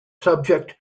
subject